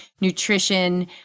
nutrition